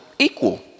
equal